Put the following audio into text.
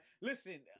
Listen